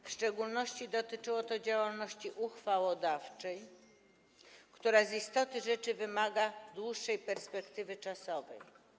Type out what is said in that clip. W szczególności dotyczyło to działalności uchwałodawczej, która z istoty rzeczy wymaga dłuższej perspektywy czasowej.